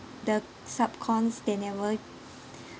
the sub cons they never